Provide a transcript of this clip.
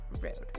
rude